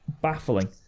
baffling